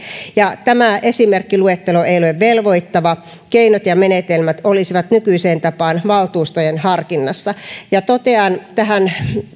ja tämä esimerkkiluettelo ei ole velvoittava keinot ja menetelmät olisivat nykyiseen tapaan valtuustojen harkinnassa ja totean tähän vähän